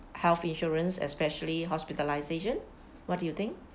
health insurance especially hospitalisation what do you think